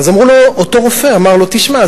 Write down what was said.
אז אותו רופא אמר לו: תשמע,